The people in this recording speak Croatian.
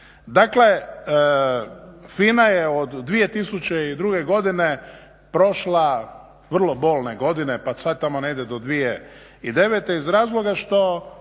Dakle, FINA je od 2002. godine prošla vrlo bolne godine pa čak tamo negdje do 2009. iz razloga što